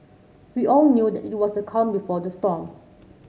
we all knew that it was the calm before the storm